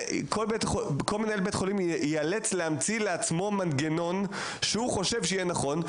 כל מנהל בית החולים ייאלץ להמציא לעצמו מנגנון שהוא חושב שיהיה נכון,